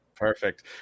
Perfect